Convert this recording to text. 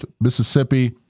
Mississippi